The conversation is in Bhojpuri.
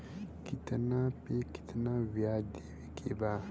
कितना पे कितना व्याज देवे के बा?